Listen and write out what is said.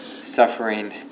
suffering